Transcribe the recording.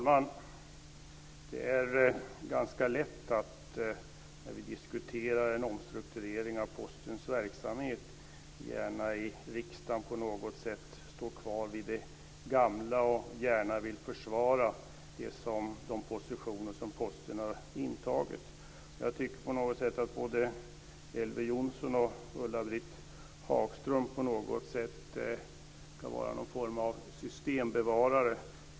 Fru talman! När vi i riksdagen diskuterar en omstrukturering av Postens verksamhet är det ganska lätt att på något sätt stå kvar vid det gamla och gärna vilja försvara de positioner som Posten har intagit. Jag tycker att både Elver Jonsson och Ulla-Britt Hagström på något sätt verkar vara någon form av systembevarare.